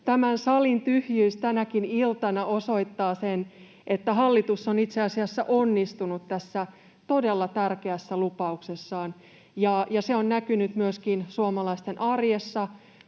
salin tyhjyys tänäkin iltana osoittaa sen, että hallitus on itse asiassa onnistunut tässä todella tärkeässä lupauksessaan, ja se on näkynyt myöskin suomalaisten arjessa: